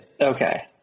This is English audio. Okay